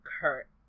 Kurt